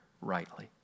rightly